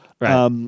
Right